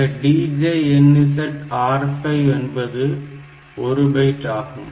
இந்த DJNZ R5 என்பது 1 byte ஆகும்